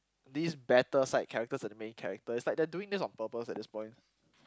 this better side characters than the main characters is like they are doing this on purpose at this point